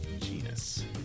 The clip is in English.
genus